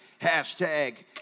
Hashtag